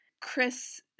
Chris